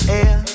air